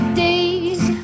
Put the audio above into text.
days